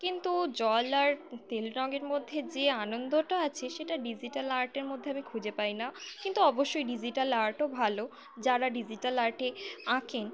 কিন্তু জল আর তেল রঙের মধ্যে যে আনন্দটা আছে সেটা ডিজিটাল আর্টের মধ্যে আমি খুঁজে পাই না কিন্তু অবশ্যই ডিজিটাল আর্টও ভালো যারা ডিজিটাল আর্টে আঁকেন